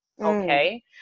okay